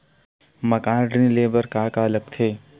मकान ऋण ले बर का का लगथे?